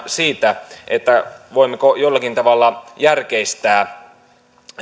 siitä voimmeko jollakin tavalla järkeistää